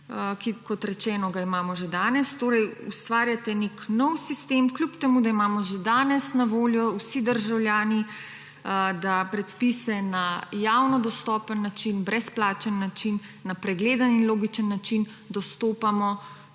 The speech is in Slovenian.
ki, kot rečeno, ga imamo že danes. Torej ustvarjate nek nov sistem, kljub temu da imamo že danes na voljo vsi državljani predpise na javno dostopen način, brezplačen način, na pregleden in logičen način dostopamo